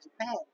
Japan